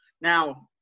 Now